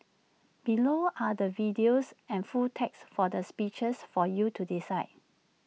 below are the videos and full text for the speeches for you to decide